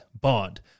bond